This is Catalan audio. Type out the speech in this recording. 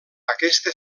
aquesta